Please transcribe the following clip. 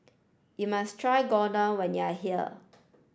you must try Gyudon when you are here